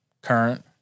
current